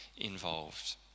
involved